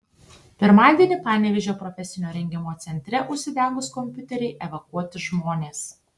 pirmadienį panevėžio profesinio rengimo centre užsidegus kompiuteriui evakuoti žmonės